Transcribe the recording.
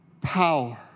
power